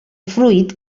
fruit